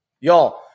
y'all